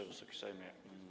Wysoki Sejmie!